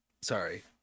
Sorry